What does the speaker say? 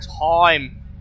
time